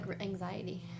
anxiety